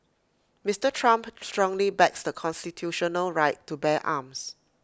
Mister Trump strongly backs the constitutional right to bear arms